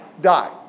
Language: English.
Die